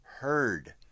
heard